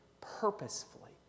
purposefully